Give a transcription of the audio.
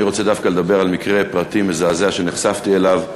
אני רוצה דווקא לדבר על מקרה פרטי מזעזע שנחשפתי אליו.